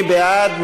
מי בעד?